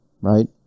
right